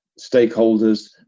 stakeholders